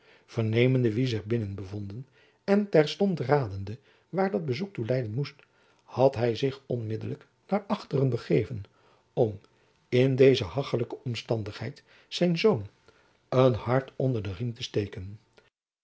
vernemende wie zich binnen bevonden en terstond radende waar dat bezoek toe leiden moest had hy zich onmiddelijk naar achteren begeven om in deze hachelijke omstandigheid zijn zoon een hart onder den riem te steken